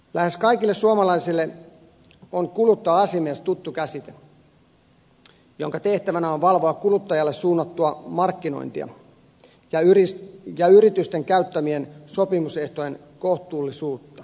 lähes kaikille suomalaisille on tuttu käsite kuluttaja asiamies jonka tehtävänä on valvoa kuluttajalle suunnattua markkinointia ja yritysten käyttämien sopimusehtojen kohtuullisuutta